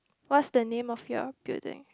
what's the name of your building